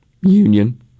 union